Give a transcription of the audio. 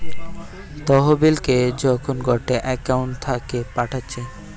তহবিলকে যখন গটে একউন্ট থাকে পাঠাচ্ছে